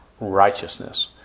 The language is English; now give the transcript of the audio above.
righteousness